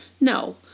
No